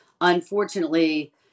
Unfortunately